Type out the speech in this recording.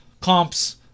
comps